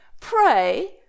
Pray